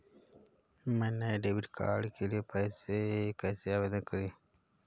मैं नए debit card के लिए कैसे आवेदन करूं?